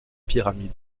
pyramide